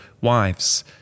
wives